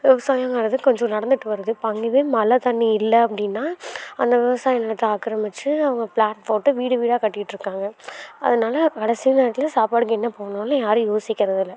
விவசாயங்கிறது கொஞ்சம் நடந்துகிட்டு வருது இப்போ அங்கேவே மழ தண்ணி இல்லை அப்படின்னா அந்த விவசாய நிலத்தை ஆக்கிரமிச்சு அவங்க பிளாட் போட்டு வீடு வீடாக கட்டிட்டு இருக்காங்க அதனால் கடைசி நேரத்தில் சாப்பாடுக்கு என்ன போனாலும் யாரும் யோசிக்கறது இல்லை